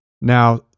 Now